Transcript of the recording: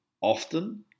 often